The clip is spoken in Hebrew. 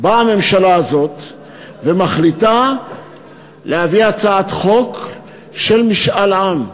באה הממשלה הזאת ומחליטה להביא הצעת חוק של משאל עם.